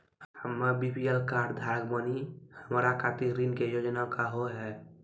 हम्मे BPL card धारक बानि हमारा खातिर ऋण के योजना का होव हेय?